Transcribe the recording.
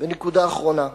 נקודה אחרונה,